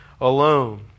alone